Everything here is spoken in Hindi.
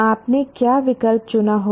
आपने क्या विकल्प चुना होगा